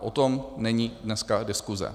O tom není dneska diskuse.